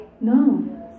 No